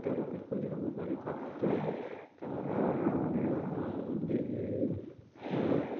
তেওঁলোকে খুলি ল'ব পাৰে তাত তেওঁলোকৰ মানে